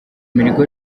mirimo